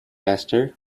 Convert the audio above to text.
esther